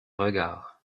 regard